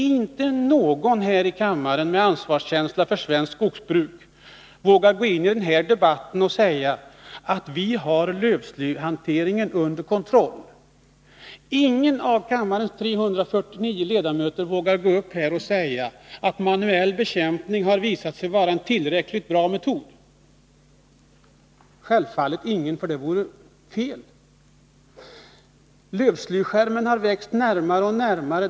Inte någon här i kammaren med ansvarskänsla när det gäller svenskt skogsbruk vågar gå in i debatten och säga att vi har lövslyhanteringen under kontroll. Ingen av kammarens 349 ledamöter vågar säga att manuell bekämpning har visat sig vara en tillräcklig metod. Självfallet vågar ingen göra detta, för det vore fel. Lövslyskärmen har växt närmare och närmare.